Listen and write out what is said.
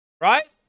Right